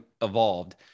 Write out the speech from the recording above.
evolved